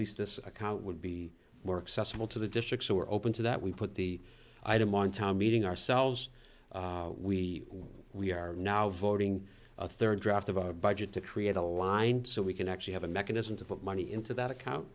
least this account would be more acceptable to the districts are open to that we put the item on time meeting ourselves we we are now voting a third draft of our budget to create a line so we can actually have a mechanism to put money into that account